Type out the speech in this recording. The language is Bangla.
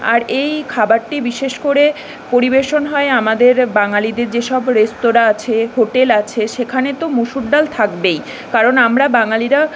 আর এই খাবারটি বিশেষ করে পরিবেশন হয় আমাদের বাঙালিদের যেসব রেস্তরাঁ আছে হোটেল আছে সেখানে তো মুসুর ডাল থাকবেই কারণ আমরা বাঙালিরা